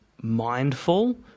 mindful